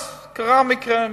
אז קרה המקרה המצער,